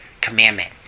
commandment